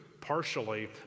partially